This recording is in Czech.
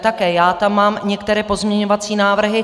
Také já tam mám některé pozměňovací návrhy.